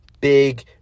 Big